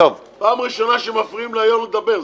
פעם ראשונה שמפריעים ליושב-ראש לדבר.